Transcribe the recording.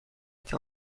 été